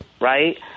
right